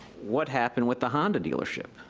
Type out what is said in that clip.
what happened with the honda dealership,